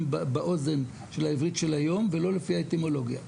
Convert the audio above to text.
באוזן של העברית של היום ולא לפי האטימולוגיה.